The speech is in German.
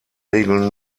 regel